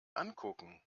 angucken